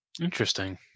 Interesting